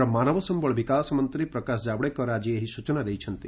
କେନ୍ଦ୍ର ମାନବ ସ୍ୟଳ ବିକାଶ ମନ୍ତୀ ପ୍ରକାଶ କାଓ୍ୱଡେକର ଆଜି ଏହି ସୂଚନା ଦେଇଛନ୍ତି